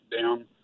down